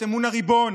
את אמון הריבון,